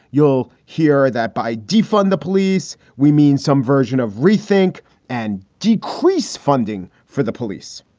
you'll hear that by defund the police. we mean some version of rethink and decrease funding for the police.